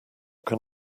can